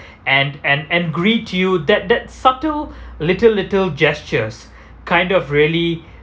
and and and greet you that that subtle little little gestures kind of really